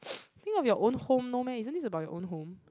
think of your own home no meh isn't it about your own home